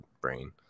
brain